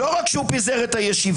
לא רק שהוא פיזר את הישיבה,